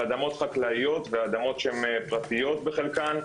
על אדמות חקלאיות ועל אדמות שהן פרטיות בחלקן,